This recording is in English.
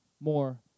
more